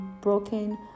broken